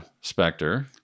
Spectre